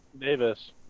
Davis